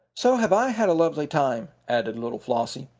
so have i had a lovely time, added little flossie.